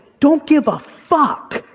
don't give a fuck.